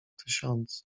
tysiące